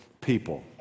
people